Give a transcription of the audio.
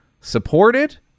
supported